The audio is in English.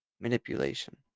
manipulation